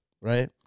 right